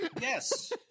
yes